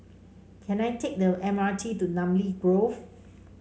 can I take the M R T to Namly Grove